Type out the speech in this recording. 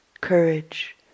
courage